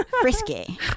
Frisky